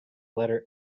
letter